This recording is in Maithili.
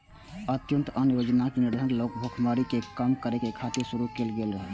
अंत्योदय अन्न योजना निर्धन लोकक भुखमरी कें कम करै खातिर शुरू कैल गेल रहै